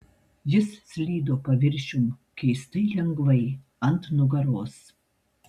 jis slydo paviršium keistai lengvai ant nugaros